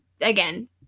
Again